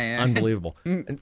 unbelievable